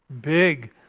big